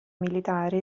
militare